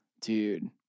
dude